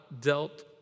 dealt